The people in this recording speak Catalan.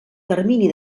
termini